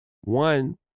one